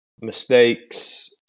mistakes